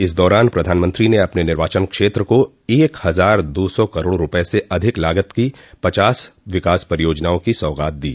इस दौरान प्रधानमंत्री ने अपने निर्वाचन क्षेत्र को एक हजार दो सौ करोड़ रुपये से अधिक लागत की पचास विकास परियोजनाओं की सौग़ात दी